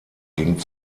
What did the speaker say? ging